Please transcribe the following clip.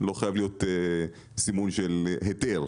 לא חייב להיות סימון של היתר.